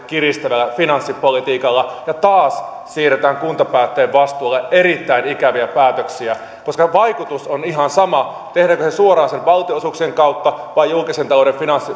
kiristävällä finanssipolitiikalla ja taas siirretään kuntapäättäjien vastuulle erittäin ikäviä päätöksiä vaikutus on ihan sama tehdäänpä se suoraan niiden valtionosuuksien kautta vai julkisen talouden